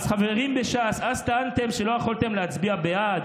חברים בש"ס, אז טענתם שלא יכולתם להצביע בעד